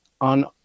on